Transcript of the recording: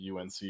unc